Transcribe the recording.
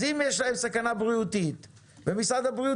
אם יש להם סכנה בריאותית ומשרד הבריאות